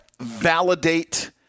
validate